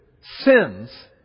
sins